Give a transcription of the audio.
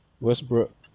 Westbrook